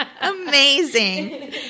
amazing